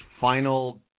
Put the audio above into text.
final